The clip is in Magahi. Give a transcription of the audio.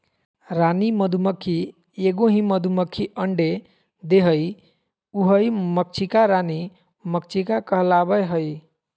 रानी मधुमक्खी एगो ही मधुमक्खी अंडे देहइ उहइ मक्षिका रानी मक्षिका कहलाबैय हइ